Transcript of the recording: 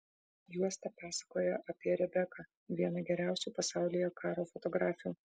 juosta pasakoja apie rebeką vieną geriausių pasaulyje karo fotografių